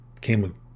came